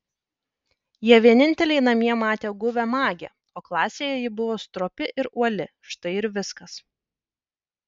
jie vieninteliai namie matė guvią magę o klasėje ji buvo stropi ir uoli štai ir viskas